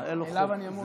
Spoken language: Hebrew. אליו אני אמור לדבר.